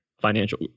financial